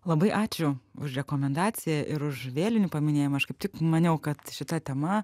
labai ačiū už rekomendaciją ir už vėlinių paminėjimą aš kaip tik maniau kad šita tema